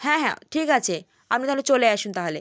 হ্যাঁ হ্যাঁ ঠিক আছে আপনি তাহলে চলে আসুন তাহলে